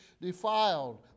defiled